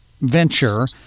venture